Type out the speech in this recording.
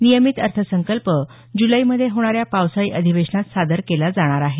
नियमित अर्थसंकल्प जुलैमध्ये होणाऱ्या पावसाळी अधिवेशनात सादर केला जाणार आहे